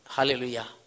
Hallelujah